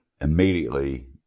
immediately